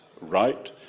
right